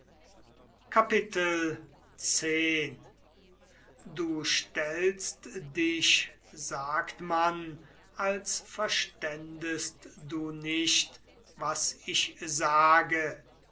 x du stellst dich sagt man als verständest du nicht was ich sage